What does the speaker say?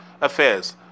affairs